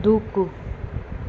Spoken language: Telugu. దూకు